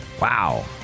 Wow